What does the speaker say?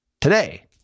today